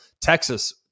Texas